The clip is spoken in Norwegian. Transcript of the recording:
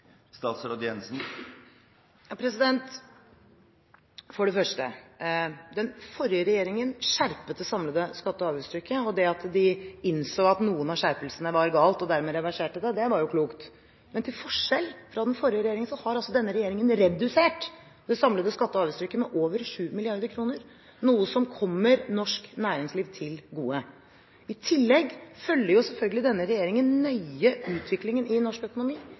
For det første: Den forrige regjeringen skjerpet det samlede skatte- og avgiftstrykket, og det at de innså at noen av skjerpelsene var feil og dermed reverserte dem, var jo klokt. Men til forskjell fra den forrige regjeringen har altså denne regjeringen redusert det samlede skatte- og avgiftstrykket med over 7 mrd. kr, noe som kommer norsk næringsliv til gode. I tillegg følger selvfølgelig denne regjeringen nøye utviklingen i norsk økonomi.